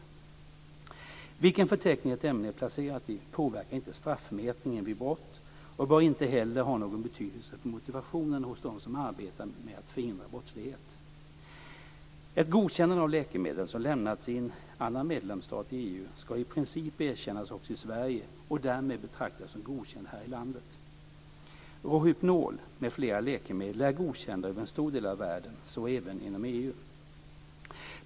Vilken förteckning ett ämne är placerat i påverkar inte straffmätningen vid brott och bör inte heller ha någon betydelse för motivationen hos dem som arbetar med att förhindra brottslighet. Ett godkännande av ett läkemedel som lämnats i annan medlemsstat i EU ska i princip erkännas också i Sverige och läkemedlet därmed betraktas som godkänt här i landet . Rohypnol m.fl. läkemedel är godkända över en stor del av världen, så även inom EU.